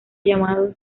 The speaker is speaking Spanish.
llamado